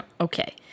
okay